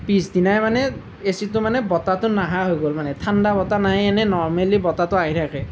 পিছদিনাই মানে এচিটো মানে বতাহটো নহা হৈ গ'ল মানে ঠাণ্ডা বতাহ নাহে এনেই নৰ্মেলী বতাহটো আহি থাকে